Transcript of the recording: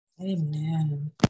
Amen